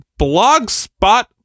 blogspot